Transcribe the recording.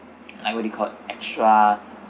like what do you call extra